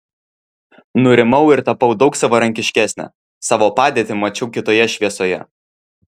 nurimau ir tapau daug savarankiškesnė savo padėtį mačiau kitoje šviesoje